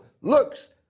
looks